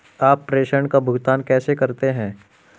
आप प्रेषण का भुगतान कैसे करते हैं?